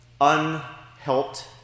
unhelped